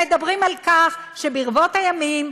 מדברים על כך שברבות הימים,